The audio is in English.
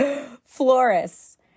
Florists